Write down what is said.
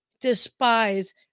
despise